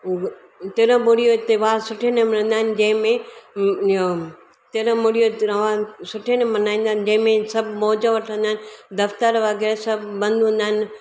उअ तिरमुड़ी जो त्योहारु सुठे नमूने मल्हाईंदा आहिनि जंहिंमें अ जो तिरुमुरीड़ीअ जो त्योहारु सुठे में मल्हाईंदा आहिनि जंहिंमें सभु मौज़ वठंदा आहिनि दफ़्तरु वग़ैराह सभु बंदि हूंदा आहिनि